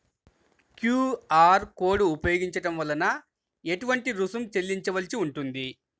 QR code ఉపయోగించటం వలన ఏటువంటి రుసుం చెల్లించవలసి ఉంటుంది?